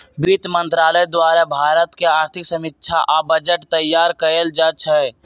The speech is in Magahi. वित्त मंत्रालय द्वारे भारत के आर्थिक समीक्षा आ बजट तइयार कएल जाइ छइ